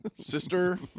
sister